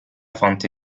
fonte